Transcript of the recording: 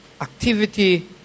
activity